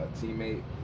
teammate